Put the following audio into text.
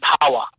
power